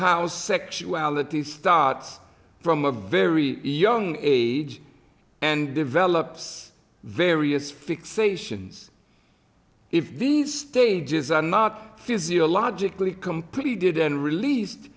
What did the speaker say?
how sexuality starts from a very young age and develops various fixations if these stages are not physiologically completed and released